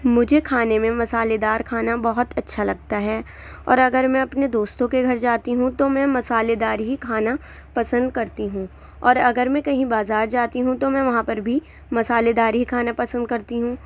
مجھے کھانے میں مصالحے دار کھانا بہت اچھا لگتا ہے اور اگر میں اپنے دوستوں کے گھر جاتی ہوں تو میں مصالحے دار ہی کھانا پسند کرتی ہوں اور اگر میں کہیں بازار جاتی ہوں تو میں وہاں پر بھی مصالحے دار ہی کھانا پسند کرتی ہوں